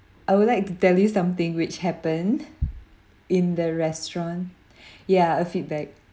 I would like to tell you something which happened in the restaurant yeah a feedback